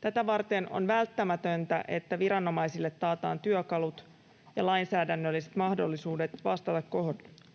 Tätä varten on välttämätöntä, että viranomaisille taataan työkalut ja lainsäädännölliset mahdollisuudet vastata